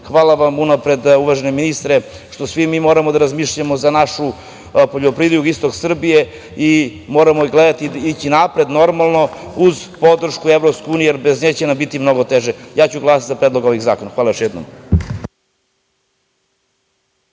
hvala vam unapred, uvaženi ministre, što svi mi moramo da razmišljamo za našu poljoprivredu, jugoistok Srbije i moramo gledati i ići napred, normalno, uz podršku Evropske unije, jer bez nje će nam biti mnogo teže. Ja ću glasati za predlog ovih zakona. Hvala još jednom.